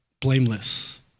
blameless